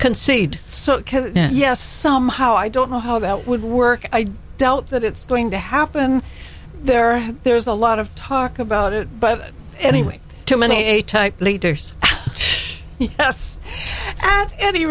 concede so yes somehow i don't know how that would work i doubt that it's going to happen there there's a lot of talk about it but anyway to many a type leaders a